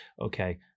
okay